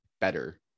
better